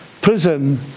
Prison